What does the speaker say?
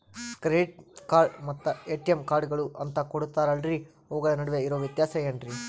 Credit card ಮತ್ತ ATM ಕಾರ್ಡುಗಳು ಅಂತಾ ಕೊಡುತ್ತಾರಲ್ರಿ ಅವುಗಳ ನಡುವೆ ಇರೋ ವ್ಯತ್ಯಾಸ ಏನ್ರಿ?